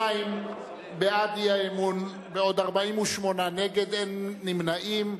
32 בעד האי-אמון, 48 נגד, אין נמנעים.